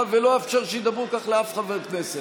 ולא אאפשר שידברו כך לאף חבר כנסת.